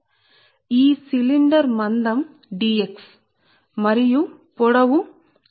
ఇది ఈ సిలిండర్ ఈ మందం dx మరియు ఈ పొడవు 1 మీటర్ మరియు ఈ మందం d x సరే